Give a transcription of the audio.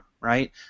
right